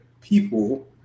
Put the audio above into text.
people